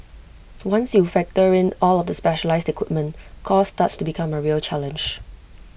once you factor in all of the specialised equipment cost starts to become A real challenge